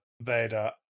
vader